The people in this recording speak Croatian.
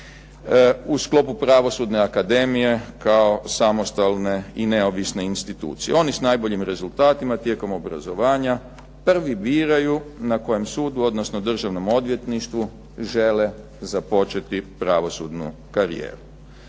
u sklopu Pravosudne akademije kao samostalne i neovisne institucije. Oni s najboljim rezultatima tijekom obrazovanja prvi biraju na kojem sudu, odnosno državnom odvjetništvu žele započeti pravosudnu karijeru.